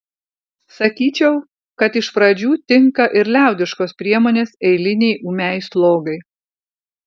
sakyčiau kad iš pradžių tinka ir liaudiškos priemonės eilinei ūmiai slogai